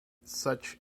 such